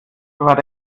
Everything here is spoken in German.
war